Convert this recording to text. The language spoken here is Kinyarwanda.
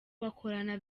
bakorana